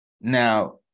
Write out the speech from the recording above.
Now